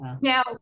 Now